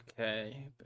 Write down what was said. Okay